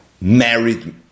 married